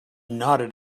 nodded